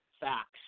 facts